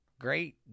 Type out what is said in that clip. great